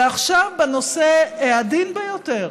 ועכשיו בנושא העדין ביותר